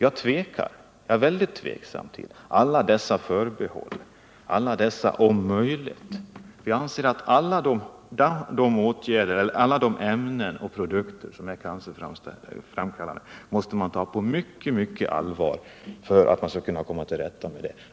Jag är mycket tveksam inför alla dessa förbehåll, alla dessa ”om möjligt”. Jag anser att alla ämnen och produkter som är cancerframkallande måste man se på med stort allvar för att komma till rätta med problemen.